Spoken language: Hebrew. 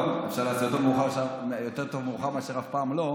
טוב, יותר טוב מאוחר מאשר אף פעם לא.